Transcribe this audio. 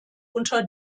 unter